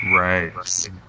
Right